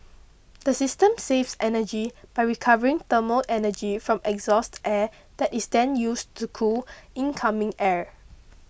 the system saves energy by recovering thermal energy from exhaust air that is then used to cool incoming air